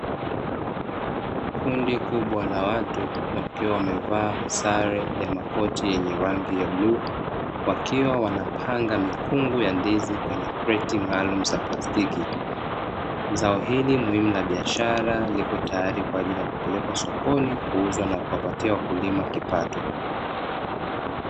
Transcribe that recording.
Kundi kubwa la watu wakiwa wamevaa sare ya makoti yenye rangi ya bluu wakiwa wanapanga mikungu ya ndizi kwenye kreati maalumu ,za plastiki zao hili muhimu la biashara liko tayari kwa ajili ya kupelekwa sokoni kuuzwa na kuwapatia wakulima kipato.